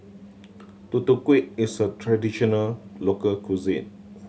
Tutu Kueh is a traditional local cuisine